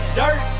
dirt